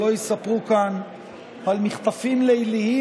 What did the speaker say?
שלא יספרו כאן על מחטפים ליליים,